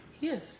Yes